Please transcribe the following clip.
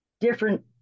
different